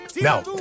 Now